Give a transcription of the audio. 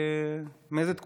מאיזו תקופה?